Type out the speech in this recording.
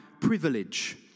privilege